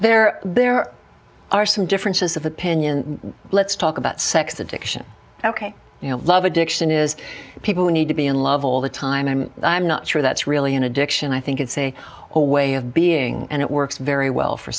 there there are some differences of opinion let's talk about sex addiction ok you know love addiction is people who need to be in love all the time and i'm not sure that's really an addiction i think it's a whole way of being and it works very well for